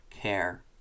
care